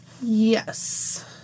Yes